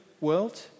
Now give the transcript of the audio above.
world